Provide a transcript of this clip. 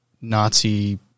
Nazi